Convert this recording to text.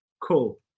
Cool